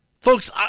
Folks